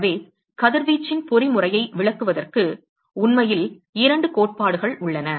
எனவே கதிர்வீச்சின் பொறிமுறையை விளக்குவதற்கு உண்மையில் 2 கோட்பாடுகள் உள்ளன